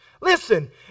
Listen